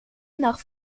nach